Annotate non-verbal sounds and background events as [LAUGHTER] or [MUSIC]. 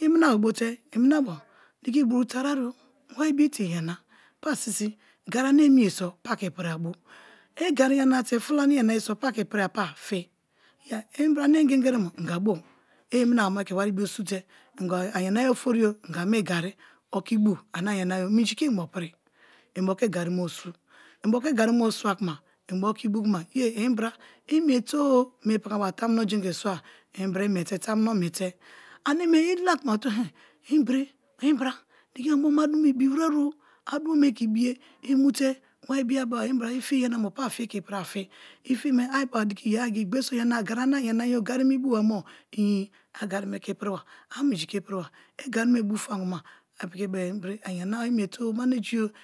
iminabo bote iminabo diki biwu i tarie-o wari boo i tie yana pasisi gari ane emi ye pa ke i piri a bu i gari yana-a te fulo ane emi ye so pa ke ipiri a pa fi. Ya imbra me ingegeri mo inga bo i iminabo me ke wari bio sute ingwa ayana ye ofori-o igwa me gari oki bu, ani anyanaye minji ke inbo prinbo ke gari me bo swa, inbo ke gari me bo swa kuma i bu kuma ye inbra imiete-o me pakabo anga tamuno jeiri ke swa inbra imiete tamuno miete anenac i lara kuma [UNINTELLIGIBLE] inbre, inbra diki muma a dumo ibirolre o a dumo me ke ibiye waribio a beba inbra i fiye me a ibeba ya diki gbere so yana-a diki gari ane ayanaye, gari me i bu wa no ii a gari me ke ipiriba a minji ke ipiriba i gari me bu fama kuma a piki beba inbre, iniinabo imiete-o managi o.